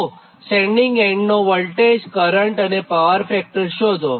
તો સેન્ડીંગ એન્ડનો વોલ્ટેજકરંટ અને પાવર ફેક્ટર શોધો